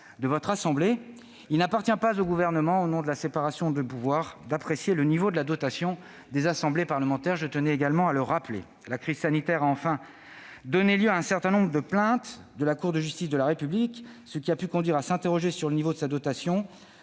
de votre assemblée. Il n'appartient pas au Gouvernement, au nom de la séparation des pouvoirs, d'apprécier le niveau de la dotation des assemblées parlementaires. La crise sanitaire a donné lieu à un certain nombre de plaintes devant la Cour de justice de la République, ce qui a pu conduire à s'interroger sur le niveau de sa dotation.